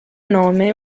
nome